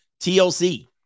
TLC